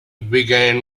began